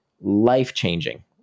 life-changing